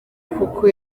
kuko